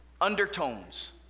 undertones